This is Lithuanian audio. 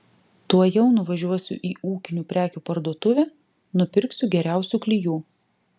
tuojau nuvažiuosiu į ūkinių prekių parduotuvę nupirksiu geriausių klijų